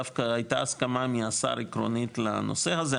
דווקא הייתה הסכמה מהשר עקרונית לנושא הזה,